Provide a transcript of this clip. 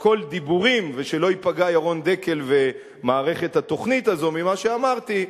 "הכול דיבורים" ושלא ייפגעו ירון דקל ומערכת התוכנית הזאת ממה שאמרתי,